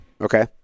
Okay